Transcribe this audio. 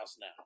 now